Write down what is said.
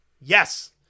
yes